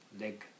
leg